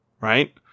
Right